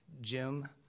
Jim